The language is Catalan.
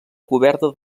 coberta